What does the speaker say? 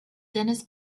denniz